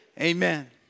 Amen